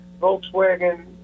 Volkswagen